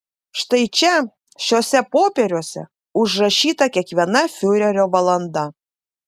štai čia šiuose popieriuose užrašyta kiekviena fiurerio valanda